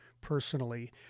personally